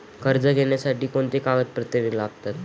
कर्ज घेण्यासाठी कोणती कागदपत्रे लागतात?